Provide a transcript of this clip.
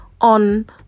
on